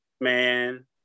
man